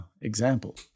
example